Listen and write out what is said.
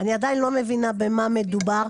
אני עדיין לא מבינה במה מדובר,